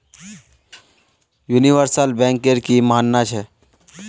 universal बैंकेर की मानना छ